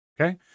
Okay